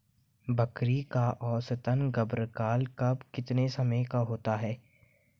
बकरी का औसतन गर्भकाल कितने समय का होता है?